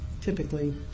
typically